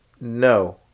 no